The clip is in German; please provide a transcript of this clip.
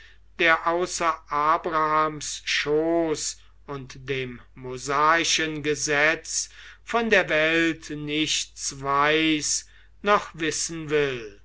der außer abrahams schoß und dem mosaischen gesetz von der welt nichts weiß noch wissen will